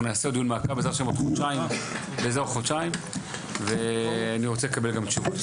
אנחנו נעשה דיון מעקב בעזרת השם עוד חודשיים ואני ארצה לקבל גם תשובות.